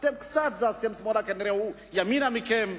אתם קצת זזתם שמאלה הוא כנראה ימינה מכם,